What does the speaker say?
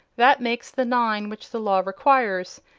that makes the nine which the law requires,